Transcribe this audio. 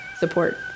support